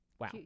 Wow